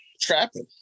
trapping